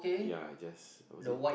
ya I just was it